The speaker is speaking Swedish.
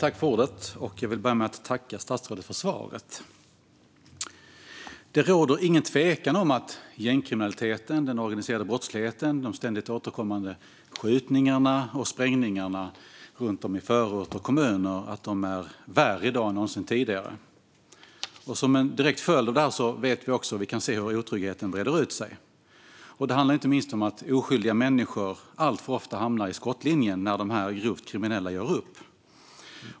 Herr talman! Jag vill börja med att tacka statsrådet för svaret. Det råder ingen tvekan om att gängkriminaliteten, den organiserade brottsligheten och de ständigt återkommande skjutningarna och sprängningarna runt om i förorter och kommuner är värre i dag än någonsin tidigare. Som en direkt följd av det vet vi också och kan se att otryggheten breder ut sig. Det handlar inte minst om att oskyldiga människor alltför ofta hamnar i skottlinjen när de grovt kriminella gör upp.